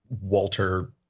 Walter